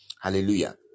hallelujah